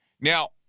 Now